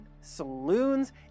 saloons